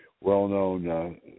well-known